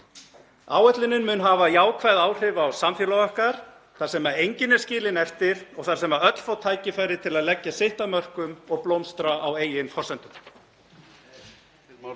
Áætlunin mun hafa jákvæð áhrif á samfélag okkar þar sem enginn er skilinn eftir og þar sem öll fá tækifæri til að leggja sitt af mörkum og blómstra á eigin forsendum.